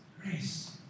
Grace